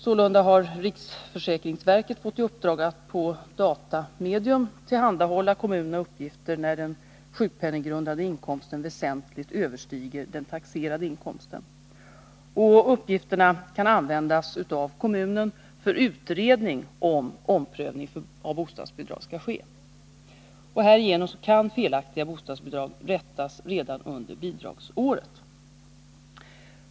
Sålunda har riksförsäkringsverket fått i uppdrag att på datamedium tillhandahålla kommunerna uppgifter när den sjukpenninggrundande inkomsten väsentligt överstiger den taxerade inkomsten. Uppgifterna kan användas av kommunen för utredning om omprövning av bostadsbidrag skall ske. Härigenom kan felaktiga bostadsbidrag rättas redan under bidragsåret.